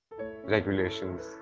regulations